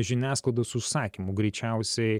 žiniasklaidos užsakymu greičiausiai